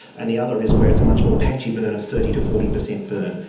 and the other is where it's a much more patchy burn of thirty to forty per cent burn.